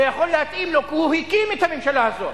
זה יכול להתאים לו, כי הוא הקים את הממשלה הזאת.